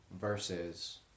versus